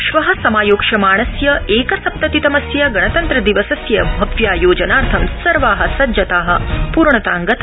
श्व समायोक्ष्यमाणस्य एकसप्तति तमस्य गणतन्त्र दिवसस्य भव्यायोजनार्थं सर्वा सज्जता पूर्णता गता